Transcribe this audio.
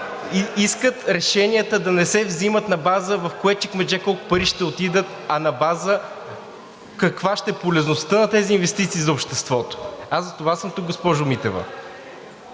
Искат решенията да не се взимат на база в кое чекмедже колко пари ще отидат, а на база каква ще е полезността на тези инвестиции за обществото. Аз затова съм тук, госпожо Митева.